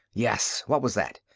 yes. what was that.